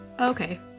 Okay